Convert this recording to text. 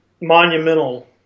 monumental